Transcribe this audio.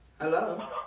Hello